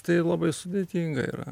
tai labai sudėtinga yra